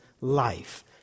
life